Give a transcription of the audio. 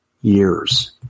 years